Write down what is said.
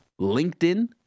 LinkedIn